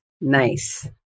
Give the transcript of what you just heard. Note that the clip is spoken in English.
nice